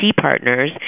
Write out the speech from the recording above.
Partners